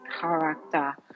character